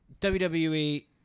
WWE